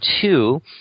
two